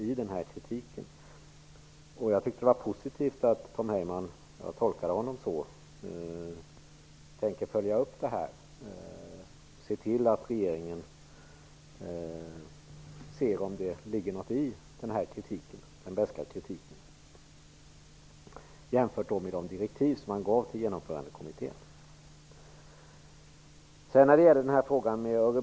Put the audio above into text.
Jag tolkade Tom Heyman så, att han tänker följa upp den beska kritiken och se till att regeringen undersöker om det ligger någonting i den. Det var positivt. Man gav andra direktiv till genomförandekommittén.